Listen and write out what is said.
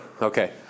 Okay